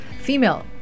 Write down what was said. female